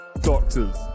doctors